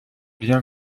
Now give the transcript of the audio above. leurs